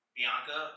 Bianca